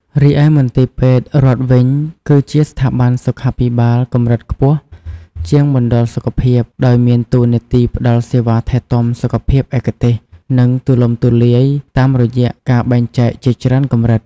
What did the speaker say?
រីឯមន្ទីរពេទ្យរដ្ឋវិញ គឺជាស្ថាប័នសុខាភិបាលកម្រិតខ្ពស់ជាងមណ្ឌលសុខភាព ដោយមានតួនាទីផ្តល់សេវាថែទាំសុខភាពឯកទេស និងទូលំទូលាយ តាមរយៈការបែងចែកជាច្រើនកម្រិត។